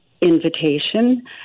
invitation